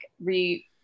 re-